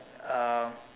uh